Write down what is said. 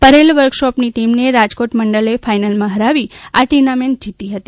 પરેલ વર્કશોપની ટીમને રાજકોટ મંડલે ફાઇનલમાં હરાવી આ ટુર્નામેન્ટ જીતી હતી